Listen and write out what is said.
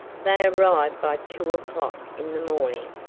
they arrived by two o'clock in the morning,